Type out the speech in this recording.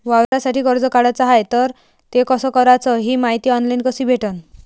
वावरासाठी कर्ज काढाचं हाय तर ते कस कराच ही मायती ऑनलाईन कसी भेटन?